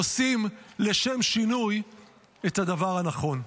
עושים לשם שינוי את הדברים הנכון.